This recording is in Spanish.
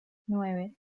nueve